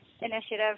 initiative